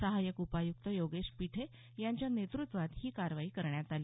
सहाय्यक उपायुक्त योगेश पीठे यांच्या नेतृत्वात ही कारवाई करण्यात आली